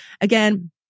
again